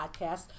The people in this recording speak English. podcast